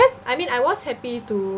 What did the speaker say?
I mean I was happy to